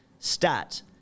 Stats